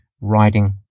riding